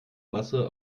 masse